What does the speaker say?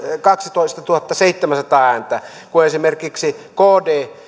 kaksitoistatuhattaseitsemänsataa ääntä kun esimerkiksi kd